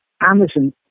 Amazon